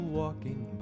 walking